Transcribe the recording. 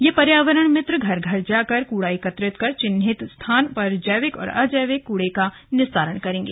यह पर्यावरण मित्रघर घर जाकर कूड़ा एकत्रित कर चिन्हित स्थान पर जैविक और अजैविक कूड़े का निस्तारण करेंगे